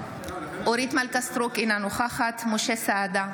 אורית מלכה סטרוק, אינה נוכחת משה סעדה,